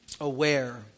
aware